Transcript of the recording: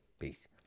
Peace